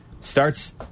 starts